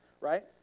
right